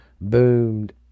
boomed